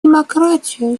демократию